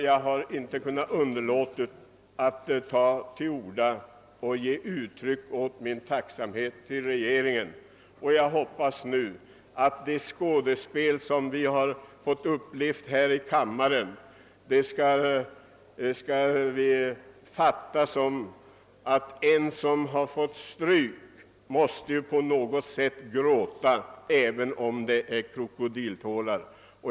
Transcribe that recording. Jag har inte kunnat underlåta att ge uttryck för min tacksamhet mot regeringen. Det skådespel som vi har fått bevittna här i kammaren bör vi uppfatta så, att en som har fått stryk måste gråta även om det är krokodiltårar.